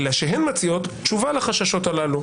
אלא שהן מציעות תשובה לחששות הללו.